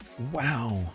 wow